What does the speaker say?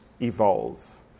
evolve